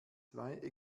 zwei